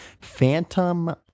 Phantom